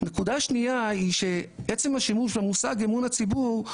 נקודה שנייה היא בעצם השימוש במושג אמון הציבור,